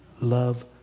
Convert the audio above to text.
love